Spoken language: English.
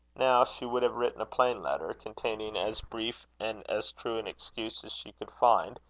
now she would have written a plain letter, containing as brief and as true an excuse as she could find,